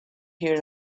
here